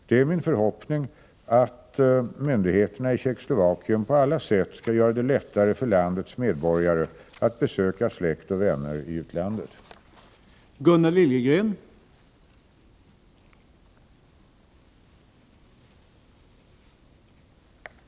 Det är min förhoppning att myndigheterna i Tjeckoslovakien på alla sätt skall göra det lättare för landets medborgare att besöka släkt och vänner i utlandet. 3 främja släktbesök från Tjeckoslovakien